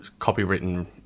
copywritten